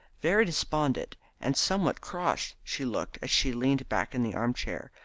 very despondent and somewhat cross she looked as she leaned back in the armchair,